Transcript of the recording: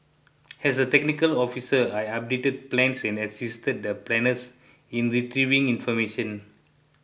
as a technical officer I updated plans and assisted the planners in retrieving information